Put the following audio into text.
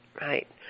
Right